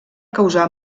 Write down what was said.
causar